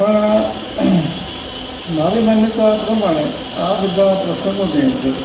પણ મારી માન્યતાઓ પ્રમાણે આ બધા પ્રસંગોની અંદર